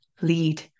lead